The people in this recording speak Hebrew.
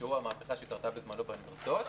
שהוא המהפכה שקרתה בזמנו באוניברסיטאות,